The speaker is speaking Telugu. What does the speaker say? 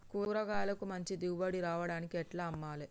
కూరగాయలకు మంచి దిగుబడి రావడానికి ఎట్ల అమ్మాలే?